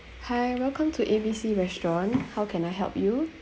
hi welcome to A B C restaurant how can I help you